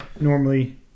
normally